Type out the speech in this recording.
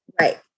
Right